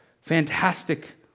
fantastic